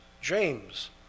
James